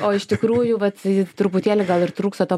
o iš tikrųjų vat truputėlį gal ir trūksta to